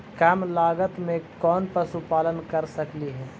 कम लागत में कौन पशुपालन कर सकली हे?